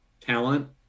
talent